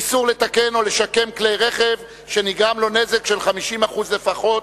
איסור לתקן או לשקם כלי רכב שנגרם לו נזק של 50% לפחות),